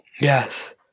yes